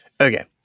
Okay